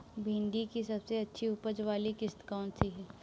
भिंडी की सबसे अच्छी उपज वाली किश्त कौन सी है?